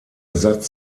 satz